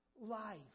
life